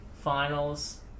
finals